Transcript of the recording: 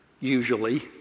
usually